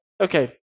Okay